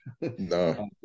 No